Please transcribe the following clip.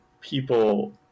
people